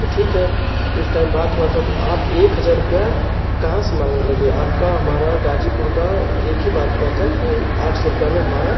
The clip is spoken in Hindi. तो ठीक है उस टाइम बात हुई थी तो आप एक हज़ार रुपया कहाँ से माँगने लगे आपका हमारा गाज़ीपुर की एक ही बात हुई थी कि आठ सौ रुपया में हमारा